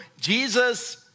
Jesus